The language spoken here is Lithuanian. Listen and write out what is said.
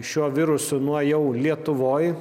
šiuo virusu nuo jau lietuvoj